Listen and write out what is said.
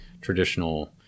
traditional